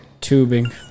Tubing